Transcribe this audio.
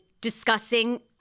discussing